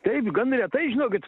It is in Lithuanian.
taip gan retai žinokit